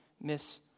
miss